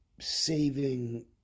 saving